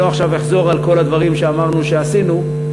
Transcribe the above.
לא אחזור עכשיו על כל הדברים שאמרנו שעשינו,